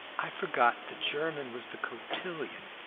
i forgot the german was the cotillon.